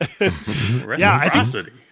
Reciprocity